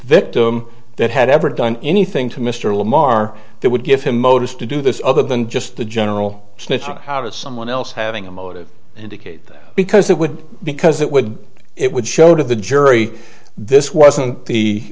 victim that had ever done anything to mr lamar that would give him motive to do this other than just the general sniff out of someone else having a motive indicate that because that would because it would it would show to the jury this wasn't the